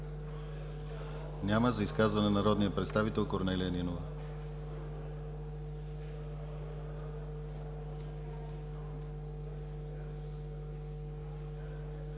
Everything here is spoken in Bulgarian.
Няма. За изказване – народният представител Корнелия Нинова.